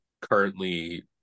currently